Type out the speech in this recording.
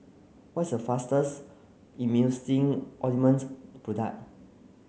what's a fastest Emulsying Ointment product